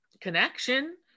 connection